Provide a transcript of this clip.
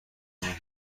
اینه